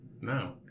no